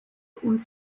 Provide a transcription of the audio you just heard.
und